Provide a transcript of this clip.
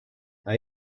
them